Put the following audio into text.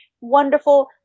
Wonderful